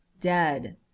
dead